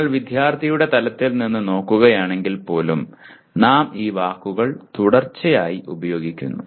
നിങ്ങൾ വിദ്യാർത്ഥിയുടെ തലത്തിൽ നിന്ന് നോക്കുകയാണെങ്കിൽ പോലും നാം ഈ വാക്കുകൾ തുടർച്ചയായി ഉപയോഗിക്കുന്നു